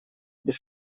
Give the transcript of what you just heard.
без